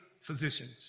physicians